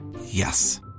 Yes